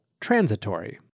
transitory